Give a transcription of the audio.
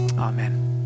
Amen